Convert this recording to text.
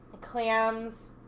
clams